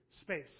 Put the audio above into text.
space